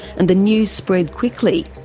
and the news spread quickly.